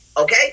okay